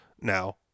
Now